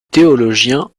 théologien